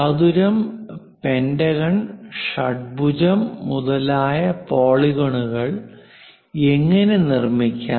ചതുരം പെന്റഗൺ ഷഡ്ഭുജം മുതലായ പോളിഗണുകൾ എങ്ങനെ നിർമ്മിക്കാം